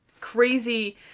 crazy